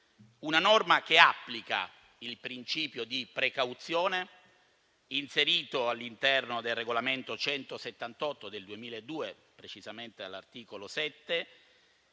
una norma che applica il principio di precauzione, inserito all'interno del Regolamento n. 178 del 2002, precisamente all'articolo 7,